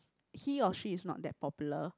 he or she is not that popular